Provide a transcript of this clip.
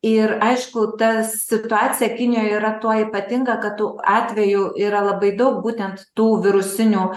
ir aišku ta situacija kinijoj yra tuo ypatinga kad tų atvejų yra labai daug būtent tų virusinių